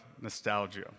nostalgia